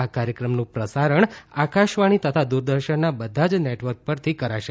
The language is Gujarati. આ કાર્યક્રમનું પ્રસારણ આકાશવાણી તથા દૂરદર્શનના બધા જ નેટવર્ક પરથી કરશે